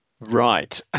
Right